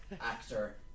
actor